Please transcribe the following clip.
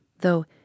though